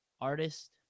artist